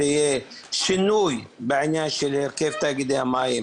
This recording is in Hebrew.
שיהיה שינוי בעניין של הרכב תאגידי המים,